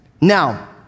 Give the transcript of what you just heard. Now